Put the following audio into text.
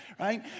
right